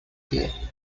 pie